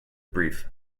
brief